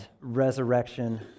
resurrection